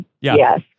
Yes